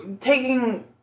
taking